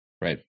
Right